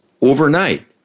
overnight